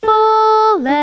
Full